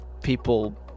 people